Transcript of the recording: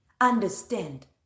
understand